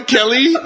Kelly